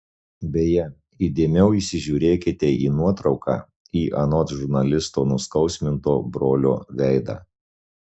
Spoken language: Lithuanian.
beje įdėmiau įsižiūrėkite į nuotrauką į anot žurnalisto nuskausminto brolio veidą